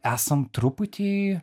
esam truputį